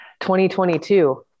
2022